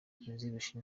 izirusha